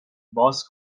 باز